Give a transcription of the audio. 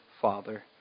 Father